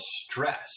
stress